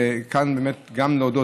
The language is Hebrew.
וגם להודות,